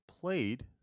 played